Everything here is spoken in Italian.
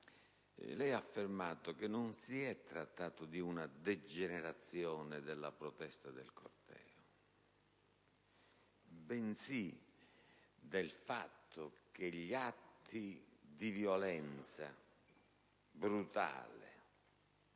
lei ha affermato che non si è trattato di una degenerazione della protesta del corteo, bensì del fatto che gli atti di violenza brutale,